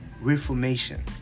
reformation